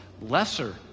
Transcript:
lesser